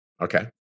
Okay